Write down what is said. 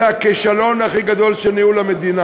זה הכישלון הכי גדול של ניהול המדינה,